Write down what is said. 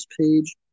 page